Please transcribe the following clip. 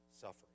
suffering